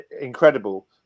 incredible